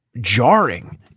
jarring